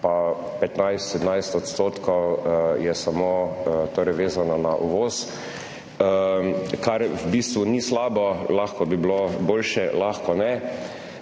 15, 17 %, ki so torej vezani samo na uvoz, kar v bistvu ni slabo. Lahko bi bilo boljše, lahko ne.